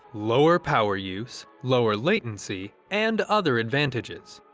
lower power use, lower latency, and other advantages.